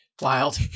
Wild